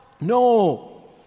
No